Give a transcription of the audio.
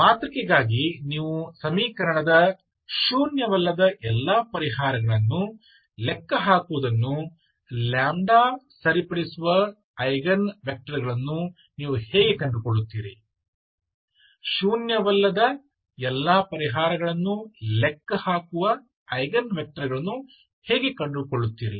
ಮಾತೃಕೆಗಾಗಿ ನೀವು ಸಮೀಕರಣದ ಶೂನ್ಯವಲ್ಲದ ಎಲ್ಲಾ ಪರಿಹಾರಗಳನ್ನು ಲೆಕ್ಕ ಹಾಕುವುದನ್ನು ಸರಿಪಡಿಸುವ ಐಗನ್ ವೆಕ್ಟರ್ಗಳನ್ನು ನೀವು ಹೇಗೆ ಕಂಡುಕೊಳ್ಳುತ್ತೀರಿ ಶೂನ್ಯವಲ್ಲದ ಎಲ್ಲಾ ಪರಿಹಾರಗಳನ್ನು ಲೆಕ್ಕ ಹಾಕುವ ಐಗನ್ ವೆಕ್ಟರ್ಗಳನ್ನು ಹೇಗೆ ಕಂಡುಕೊಳ್ಳುತ್ತೀರಿ